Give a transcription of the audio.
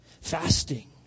fasting